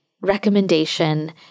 recommendation